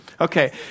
Okay